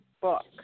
book